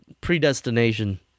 predestination